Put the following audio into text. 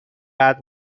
قدر